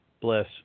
bless